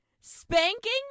Spanking